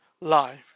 life